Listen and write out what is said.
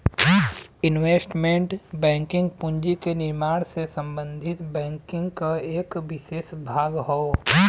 investment banking पूंजी के निर्माण से संबंधित बैंकिंग क एक विसेष भाग हौ